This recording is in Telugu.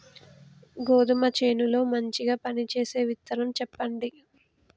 గోధుమ చేను లో మంచిగా పనిచేసే విత్తనం చెప్పండి?